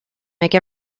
make